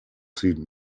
süden